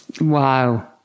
Wow